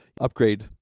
upgrade